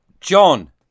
John